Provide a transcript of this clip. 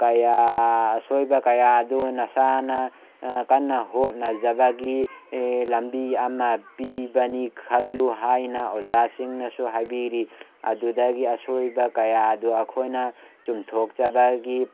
ꯀꯌꯥ ꯑꯁꯣꯏꯕ ꯀꯌꯥ ꯑꯗꯨ ꯅꯁꯥꯅ ꯀꯟꯅ ꯍꯣꯠꯕꯖꯕꯒꯤ ꯂꯝꯕꯤ ꯑꯃ ꯄꯤꯕꯅꯤ ꯈꯜꯂꯨ ꯍꯥꯏꯅ ꯑꯣꯖꯥꯁꯤꯡꯅꯁꯨ ꯍꯥꯏꯕꯤꯔꯤ ꯑꯗꯨꯗꯒꯤ ꯑꯁꯣꯏꯕ ꯀꯌꯥ ꯑꯗꯨ ꯑꯩꯈꯣꯏꯅ ꯆꯨꯝꯊꯣꯛꯆꯕꯒꯤ